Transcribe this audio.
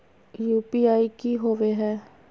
UPI की होवे है?